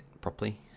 properly